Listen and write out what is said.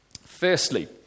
Firstly